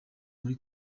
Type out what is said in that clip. muri